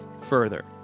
further